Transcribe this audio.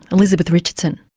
elizabeth richardson.